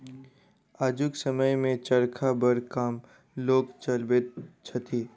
आजुक समय मे चरखा बड़ कम लोक चलबैत छथि